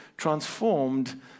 transformed